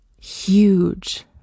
huge